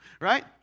Right